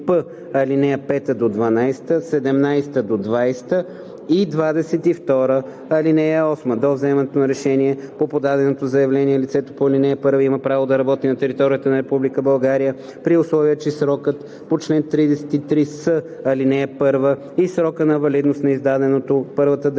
ал. 5 – 12,17 – 20 и 22. (8) До вземането на решение по подадено заявление лицето по ал. 1 има право да работи на територията на Република България, при условие че срокът по чл. 33с, ал. 1 и срокът на валидността на издаденото от първата държава